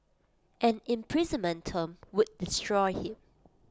an imprisonment term would destroy him